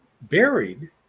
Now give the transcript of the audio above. buried